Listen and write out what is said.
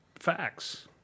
Facts